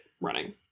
running